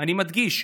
אני מדגיש,